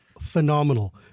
phenomenal